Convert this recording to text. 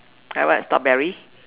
like what strawberry